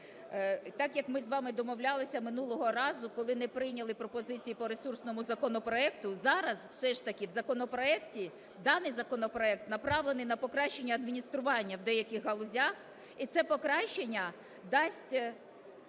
Так, як ми з вами домовлялися минулого разу, коли не прийняли пропозиції по ресурсному законопроекту, зараз все ж таки в законопроекті, даний законопроект направлений на покращення адміністрування в деяких галузях, і це покращення дасть